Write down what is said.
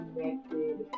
connected